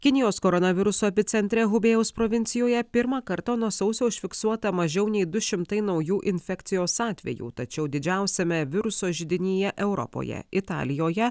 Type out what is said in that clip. kinijos koronaviruso epicentre hubėjaus provincijoje pirmą kartą nuo sausio užfiksuota mažiau nei du šimtai naujų infekcijos atvejų tačiau didžiausiame viruso židinyje europoje italijoje